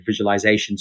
visualizations